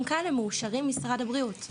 כאלו שמאושרים על ידי משרד הבריאות.